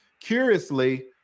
curiously